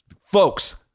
Folks